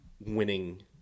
winning